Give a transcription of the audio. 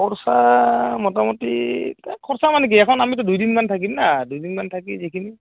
খৰচা মোটামুটি এ খৰচা মানে কি এখন আমিতো দুদিনমান থাকিম ন দুদিনমান থাকি যিখিনি